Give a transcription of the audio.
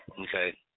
okay